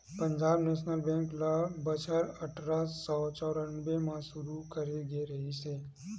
Punjab national bank ल बछर अठरा सौ चौरनबे म सुरू करे गे रिहिस हे